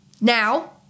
Now